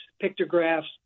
pictographs